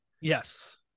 Yes